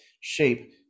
shape